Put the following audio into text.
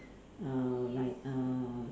uh like uh